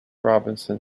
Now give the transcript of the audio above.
robinson